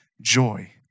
joy